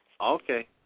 Okay